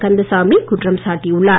கந்தசாமி குற்றம் சாட்டியுள்ளார்